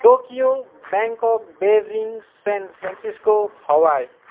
Tokyo Bangkok Beijing San Francisco हवाई